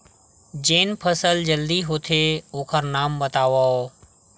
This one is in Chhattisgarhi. जेन फसल जल्दी होथे ओखर नाम बतावव?